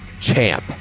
Champ